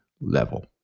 level